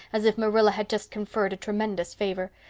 as if marilla had just conferred a tremendous favor,